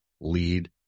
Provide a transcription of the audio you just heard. lead